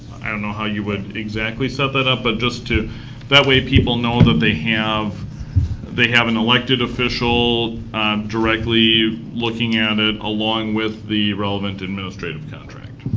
i don't know how you would exactly set that up, but just to that way people know that they have they have an elected official directly looking at it, along with the relevant administrative contact.